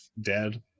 dead